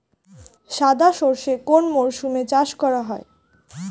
সাদা সর্ষে কোন মরশুমে চাষ করা হয়?